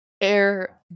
Air